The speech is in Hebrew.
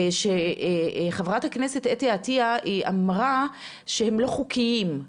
שחברת הכנסת אתי עטיה אמרה שהם לא חוקיים.